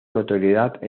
notoriedad